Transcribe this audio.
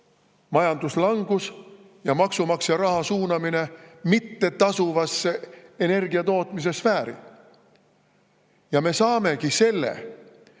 majanduslangus ja maksumaksja raha suunamine mittetasuvasse energia tootmise sfääri. Ja me saamegi selle,